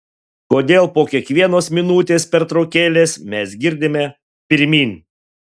kodėl po kiekvienos minutės pertraukėlės mes girdime pirmyn